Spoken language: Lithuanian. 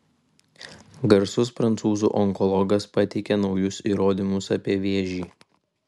garsus prancūzų onkologas pateikia naujus įrodymus apie vėžį